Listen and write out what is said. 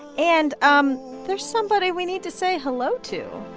and um there's somebody we need to say hello to